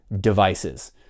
devices